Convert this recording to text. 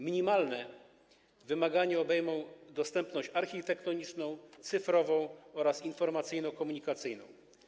Minimalne wymagania w tym względzie obejmą dostępność architektoniczną, cyfrową oraz informacyjno-komunikacyjną.